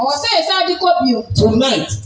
tonight